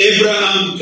Abraham